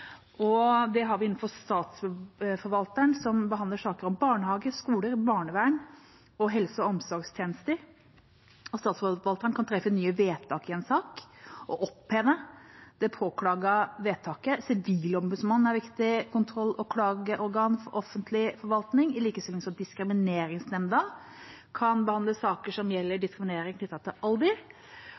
Det har vi innenfor Statsforvalteren, som behandler saker om barnehager, skoler, barnevern og helse- og omsorgstjenester. Statsforvalteren kan treffe nye vedtak i en sak og oppheve det påklagede vedtaket. Sivilombudsmannen er et viktig kontroll- og klageorgan for offentlig forvaltning, i likhet som at diskrimineringsnemnda kan behandle saker som gjelder diskriminering knyttet til alder.